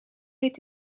heeft